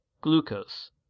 glucose